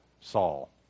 Saul